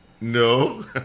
No